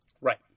Right